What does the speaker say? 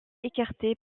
écarté